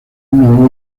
una